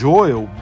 Joel